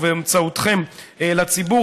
ובאמצעותכם לציבור,